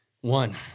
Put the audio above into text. One